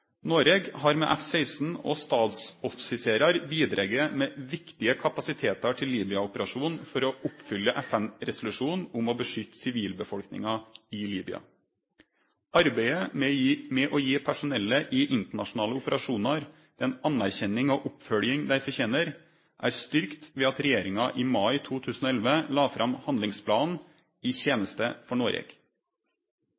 Noreg har med F-16 og stabsoffiserar bidrege med viktige kapasitetar til Libya-operasjonen for å oppfylle FN-resolusjonen om å beskytte sivilbefolkninga i Libya. Arbeidet med å gi personellet i internasjonale operasjonar den anerkjenninga og oppfølginga dei fortener, er styrkt ved at regjeringa i mai 2011 la fram handlingsplanen «I tjeneste for Norge». Regjeringa la våren 2010 fram forslag til endringar i